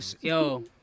yo